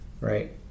Right